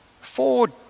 four